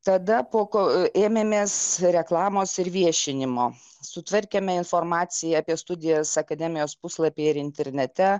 tada po ko ėmėmės reklamos ir viešinimo sutvarkėme informaciją apie studijas akademijos puslapyje ir internete